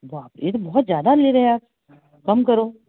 बाप रे रेट बहुत ज़्यादा ले रहे आप कम करो